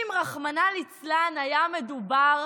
אם רחמנא ליצלן היה מדובר